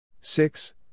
Six